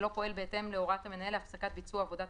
שלא פועל בהתאם להוראת המנהל להפסקת ביצוע עבודת